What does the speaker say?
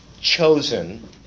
chosen